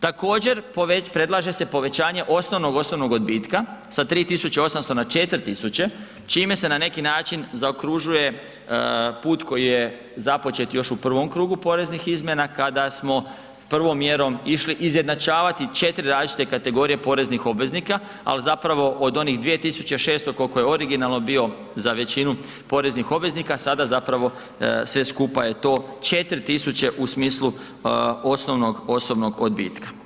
Također, predlaže se povećanje osnovnog osobnog odbitka sa 3.800 na 4.000 čime se na neki način zaokružuje put koji je započet još u prvom krugu poreznih izmjena kada smo prvom mjerom išli izjednačavati 4 različite kategorije poreznih obveznika, ali zapravo od onih 2.600 koliko je originalno bio za većinu poreznih obveznika sada zapravo sve skupa je to 4.000 u smislu osnovnog osobnog odbitka.